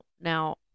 now